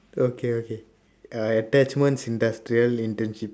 okay okay uh attachment industrial internship